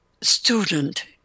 student